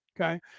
Okay